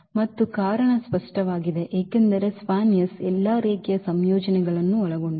ಮತ್ತು ಕಾರಣ ಸ್ಪಷ್ಟವಾಗಿದೆ ಏಕೆಂದರೆ ಇದು SPAN ಎಲ್ಲಾ ರೇಖೀಯ ಸಂಯೋಜನೆಗಳನ್ನು ಒಳಗೊಂಡಿದೆ